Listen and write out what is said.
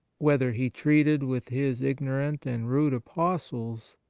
whether he treated with his ignorant and rude apostles,